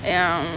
ya